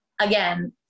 Again